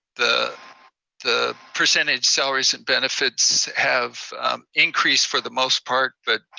the the percentage salaries and benefits have increased for the most part, but